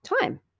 time